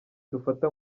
dufata